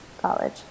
college